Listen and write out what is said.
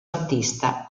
artista